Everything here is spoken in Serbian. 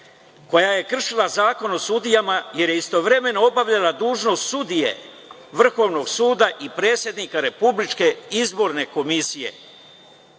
koja je kršila Zakon o sudijama, jer je istovremeno obavljala dužnost sudije Vrhovnog suda i predsednika RIK? Dame i gospodo